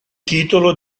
titolo